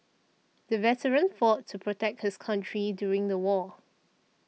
the veteran fought to protect his country during the war